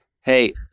Hey